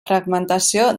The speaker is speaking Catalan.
fragmentació